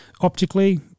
Optically